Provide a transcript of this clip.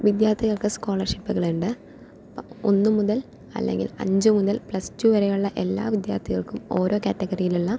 വിദ്യാർഥികൾക്ക് സ്കോളർഷിപ്പുകളുണ്ട് ഒന്നു മുതൽ അല്ലങ്കിൽ അഞ്ച് മുതൽ പ്ലസ് ടു വരെയുള്ള എല്ലാ വിദ്യാർഥികൾക്കും ഓരോ കാറ്റഗറിയിലുള്ള